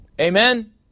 Amen